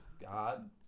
God